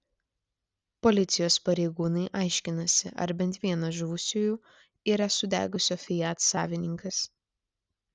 policijos pareigūnai aiškinasi ar bent vienas žuvusiųjų yra sudegusio fiat savininkas